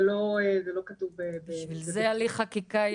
זה לא כתוב -- בשביל זה הליך חקיקה,